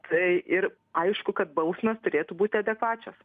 tai ir aišku kad bausmės turėtų būti adekvačios